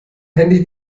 handy